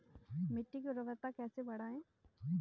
मिट्टी की उर्वरता कैसे बढ़ाएँ?